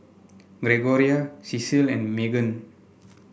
Gregoria Cecile and Magan